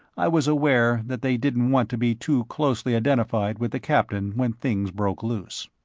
i was aware that they didn't want to be too closely identified with the captain when things broke loose.